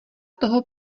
toho